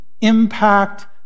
impact